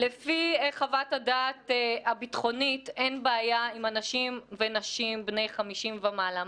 לפי חוות הדעת הביטחונית אין בעיה עם אנשים ונשים בני 50 ומעלה.